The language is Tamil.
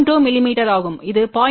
2 மிமீ ஆகும் இது 0